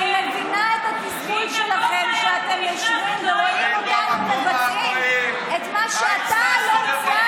לא, לא, הוא מדבר על